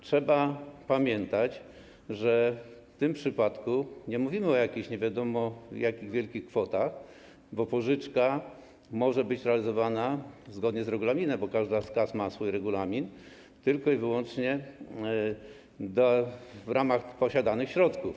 Trzeba pamiętać, że w tym przypadku nie mówimy o jakichś nie wiadomo jak wielkich kwotach, bo pożyczka może być realizowana - zgodnie z regulaminem, bo każda z kas ma swój regulamin - tylko i wyłącznie w ramach posiadanych środków.